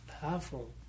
Powerful